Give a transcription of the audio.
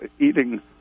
eating